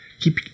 Keep